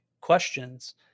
questions